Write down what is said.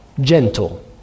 gentle